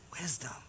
wisdom